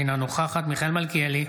אינה נוכחת מיכאל מלכיאלי,